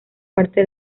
parte